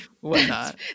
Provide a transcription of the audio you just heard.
whatnot